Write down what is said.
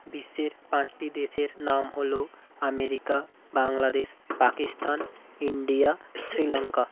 বিশ্বের পাঁচটি দেশের নাম হল আমেরিকা বাংলাদেশ পাকিস্তান ইন্ডিয়া শ্রীলঙ্কা